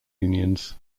unions